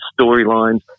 storylines